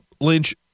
Lynch